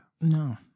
No